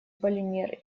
полимер